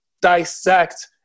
dissect